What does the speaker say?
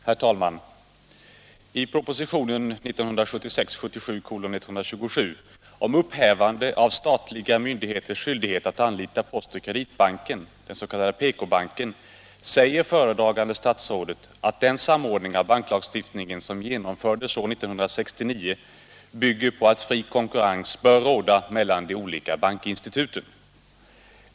Herr talman! I propositionen 1976/77:127 om upphävande av statlig myndighets skyldighet att anlita Post och Kreditbanken, PK-banken, säger föredragande statsrådet, att den samordning av banklagstiftningen som genomfördes år 1969 bygger på att fri konkurrens bör råda mellan de olika bankinstituten.